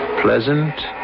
pleasant